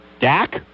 Dak